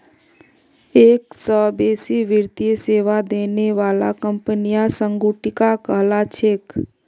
एक स बेसी वित्तीय सेवा देने बाला कंपनियां संगुटिका कहला छेक